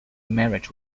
marriage